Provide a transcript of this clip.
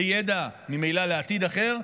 לידע וממילא לעתיד אחר,